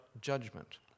judgment